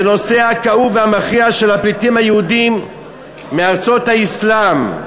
בנושא הכאוב והמכריע של הפליטים היהודים מארצות האסלאם,